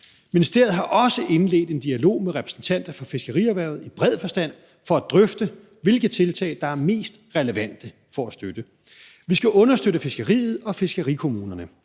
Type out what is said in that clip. Ministeriet har også indledt en dialog med repræsentanter for fiskerierhvervet i bred forstand for at drøfte, hvilke tiltag der er mest relevante for at støtte erhvervet. Vi skal understøtte fiskeriet og fiskerikommunerne.